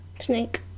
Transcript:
Snake